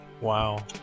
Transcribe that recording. Wow